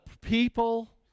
people